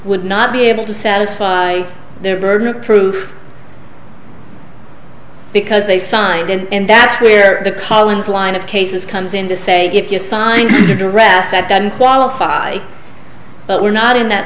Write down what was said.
would not be able to satisfy their burden of proof because they signed it and that's where the collins line of cases comes in to say if you sign a draft that doesn't qualify but we're not in that